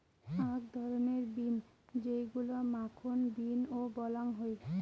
আক ধরণের বিন যেইগুলা মাখন বিন ও বলাং হই